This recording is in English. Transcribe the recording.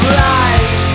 lies